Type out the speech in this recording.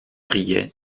riait